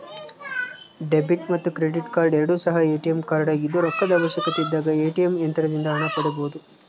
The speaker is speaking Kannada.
ಡೆಬಿಟ್ ಮತ್ತು ಕ್ರೆಡಿಟ್ ಕಾರ್ಡ್ ಎರಡು ಸಹ ಎ.ಟಿ.ಎಂ ಕಾರ್ಡಾಗಿದ್ದು ರೊಕ್ಕದ ಅವಶ್ಯಕತೆಯಿದ್ದಾಗ ಎ.ಟಿ.ಎಂ ಯಂತ್ರದಿಂದ ಹಣ ಪಡೆಯಬೊದು